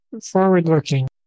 forward-looking